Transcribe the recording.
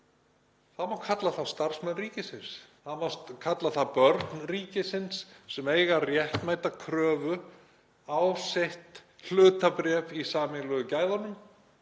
það má kalla það starfsmenn ríkisins, það má kalla það börn ríkisins sem eiga réttmæta kröfu á sitt hlutabréf í sameiginlegu gæðunum